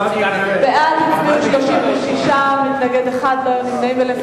בעד, 36, מתנגד אחד, אין נמנעים.